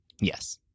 Yes